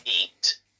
eat